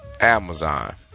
amazon